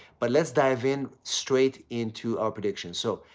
but let's dive in straight into our predictions. so,